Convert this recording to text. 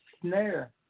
snare